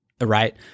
Right